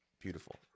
beautiful